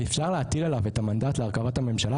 אפשר להטיל עליו את המנדט להרכבת הממשלה,